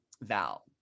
Val